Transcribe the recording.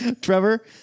Trevor